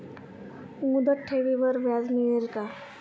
मुदत ठेवीवर व्याज मिळेल का?